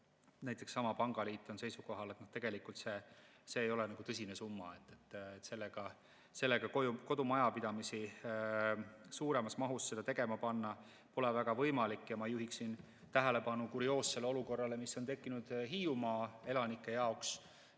miljonit. Pangaliit on seisukohal, et see ei ole tõsine summa, sellega kodumajapidamisi suuremas mahus seda tegema panna pole väga võimalik. Ma juhiksin tähelepanu kurioossele olukorrale, mis on tekkinud Hiiumaa elanike jaoks,